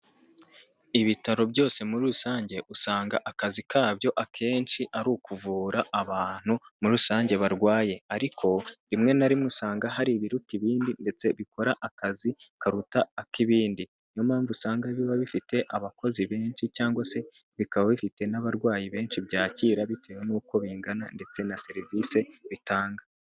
Ibitaro byose muri rusange usanga akazi kabyo akenshi ari ukuvura abantu muri rusange barwaye ariko rimwe na rimwe usanga hari ibiruta ibindi ndetse bikora akazi karuta ak'ibindi, niyo mpamvu usanga biba bifite abakozi benshi cyangwa se bikaba bifite n'abarwayi benshi byakira bitewe n'uko bingana ndetse na serivise bitanga.